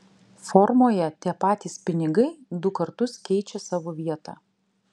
formoje tie patys pinigai du kartus keičia savo vietą